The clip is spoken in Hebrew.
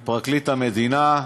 עם פרקליט המדינה,